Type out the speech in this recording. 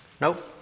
Nope